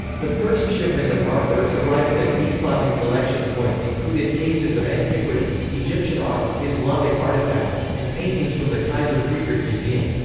the first shipment of artworks arriving at wiesbaden collection point included cases of antiquities, egyptian art, islamic artefacts, and paintings from the kaiser friedrich museum.